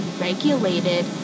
regulated